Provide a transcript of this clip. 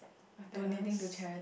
my parents